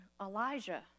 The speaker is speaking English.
Elijah